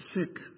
sick